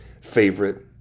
favorite